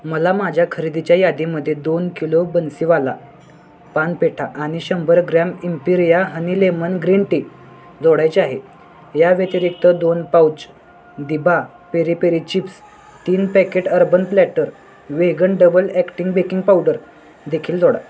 मला माझ्या खरेदीच्या यादीमध्ये दोन किलो बन्सिवाला पानपेठा आणि शंभर gram Emperia honey lemon green tea जोडायचे आहे या व्यतिरिक्त दोन पाउच दिभा पेरी पेरी चिप्स तीन packet Urban Platter vegan double acting baking powder देखील जोडा